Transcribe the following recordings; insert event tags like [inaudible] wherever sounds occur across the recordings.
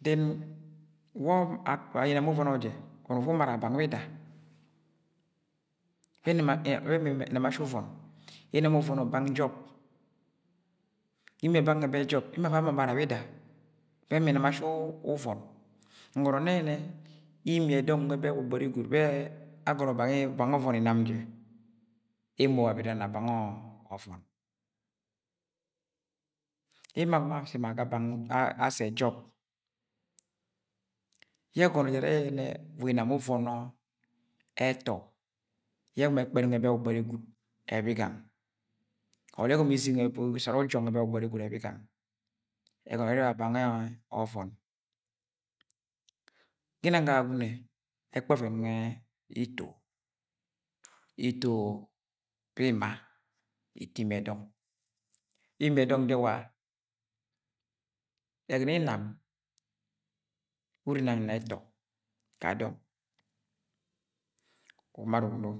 . dẹn wọ [unintelligible] inan uvono jẹ ufu umara bang bida bẹ ẹma inam ashi uvọn, inam uvọnọ bang, jọp ga imiẹ bang nwẹ bẹ jọp emo afa amamara biida bẹ ẹma inam ashii uvọn ngọnọ nne yẹnẹ imiẹ dọng nwe be gwud bẹ agọnọ bang ọvọn inam je emo abere nang na bang ọvọn, ema [unintelligible] Asẹ jọp yẹ ẹgọnọ jẹ ere yẹnẹ wa inam uvọnọ ẹtọ ye ẹgọmọ ẹkpẹt nwẹ gbọgbọri gwud ẹbigang or yẹ egomo ishik nwẹ bẹ ga ọsara ujo nwẹ bẹ ẹbigang ẹgọnọ ẹrẹ wa bang ọvọn, ginang ga Agwagune ẹkpẹ ọvẹn nwẹ ito, ito bẹ ima, [noise] ito imie dong imiẹ dọng je wa ẹgọnẹ inam urre nang na ẹtọ ga dọng umara uno,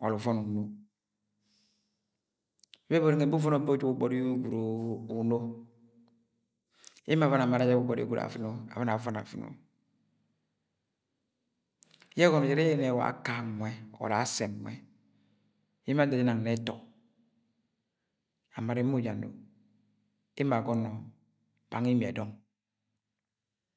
uvọnọ uno, [noise] bebori nwẹ be bu uvọnọ bẹ gbọgbọri gwud uno emo amara je gbọgbọri je auuno abọn auono auuno yẹ ẹgọgọnọ jẹ ẹrẹ wa aka nwẹ or Asẹ nwẹ yẹ emo ada jẹ nang na ẹtọ amara emo jẹ ano emo agọnọ bang imiẹ dọng.